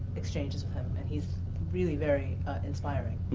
exchanges with him and he's really very inspiring,